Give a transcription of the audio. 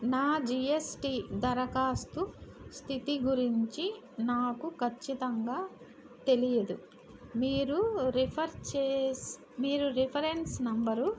నా జీఎస్టీ దరఖాస్తు స్దితి గురించి నాకు ఖచ్చితంగా తెలియదు మీరు రిఫర్ చేస్ మీరు రిఫరెన్స్ నెంబరు